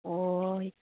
ꯑꯣ